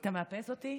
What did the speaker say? אתה מאפס אותי?